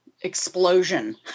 explosion